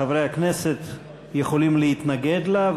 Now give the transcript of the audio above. חברי הכנסת יכולים להתנגד לה,